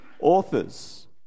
authors